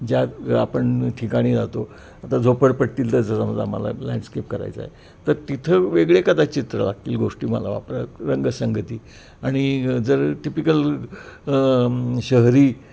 ज्यात आपण ठिकाणी जातो आता झोपडपट्टीतलं समजा मला लँडस्केप करायचं आहे तर तिथं वेगळे कदाचित लागतील गोष्टी मला वापरा रंगसंगती आणि जर टिपिकल शहरी